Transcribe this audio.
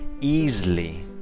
easily